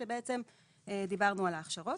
שבצעם דיברנו על הכשרות.